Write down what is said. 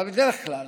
אבל בדרך כלל